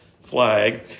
flag